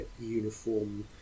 uniform